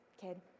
kid